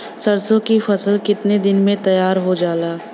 सरसों की फसल कितने दिन में तैयार हो जाला?